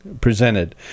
presented